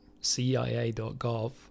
CIA.gov